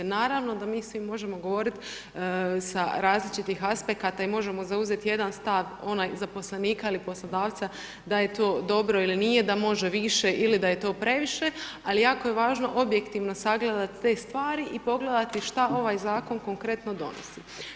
Naravno da mi svi možemo govoriti sa različitih aspekata i možemo zauzeti jedan stav onaj zaposlenika ili poslodavca da je to dobro ili nije, da može više ili da je to previše ali jako je važno objektivno sagledat te stvari i pogledati šta ovaj zakon konkretno donosi.